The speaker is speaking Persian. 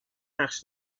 نقش